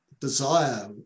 desire